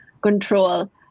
control